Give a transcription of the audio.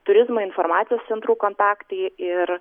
turizmo informacijos centrų kontaktai ir